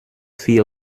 fit